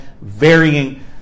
varying